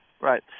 Right